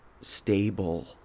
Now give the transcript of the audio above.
stable